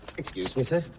excuse me sir.